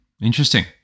Interesting